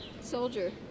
Soldier